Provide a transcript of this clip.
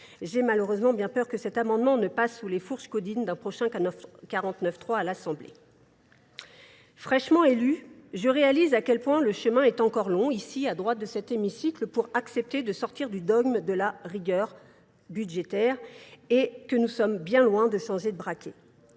j'ai malheureusement bien peur que cet amendement ne passe sous les fourches codines d'un prochain 49.3 à l'Assemblée. Frêchement élue, je réalise à quel point le chemin est encore long, ici à droite de cet hémicycle, pour accepter de sortir du dogme de la rigueur budgétaire et que nous sommes bien loin de changer de braquet.